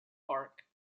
park